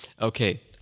okay